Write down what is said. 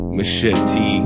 Machete